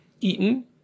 eaten